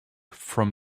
from